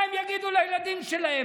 מה הם יגידו לילדים שלהם,